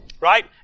Right